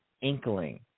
inkling